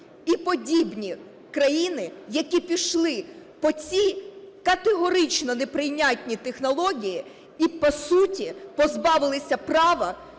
і подібні країни, які пішли по цій, категорично неприйнятній технології, і по суті позбавилися права